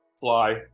fly